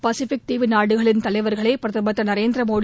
Pacific தீவு நாடுகளின் தலைவர்களை பிரதமர் திரு நரேந்திர மோடி